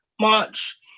March